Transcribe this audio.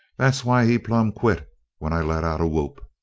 that's why he plumb quit when i let out a whoop.